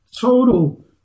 total